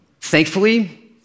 Thankfully